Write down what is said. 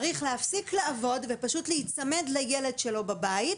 צריך להפסיק לעבוד ופשוט להיצמד לילד שלו בבית,